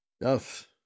Yes